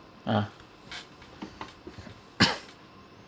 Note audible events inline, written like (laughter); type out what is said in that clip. ah (coughs)